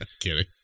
Kidding